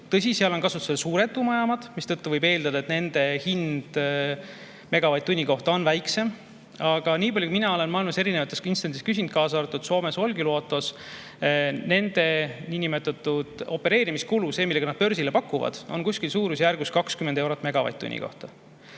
Tõsi, seal on kasutusel suured tuumajaamad, mistõttu võib eeldada, et nende hind megavatt-tunni kohta on väiksem. Aga nii palju, kui mina olen maailma erinevatest instantsidest küsinud, kaasa arvatud Soomes Olkiluotost, nende niinimetatud opereerimiskulu, see, millega nad börsile pakuvad, on kuskil suurusjärgus 20 eurot megavatt-tunni